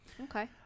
Okay